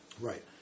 Right